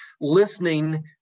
listening